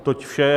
Toť vše.